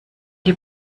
die